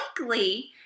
likely